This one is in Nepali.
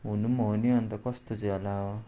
हुनु पनि हो नि अन्त कस्तो चाहिँ होला हौ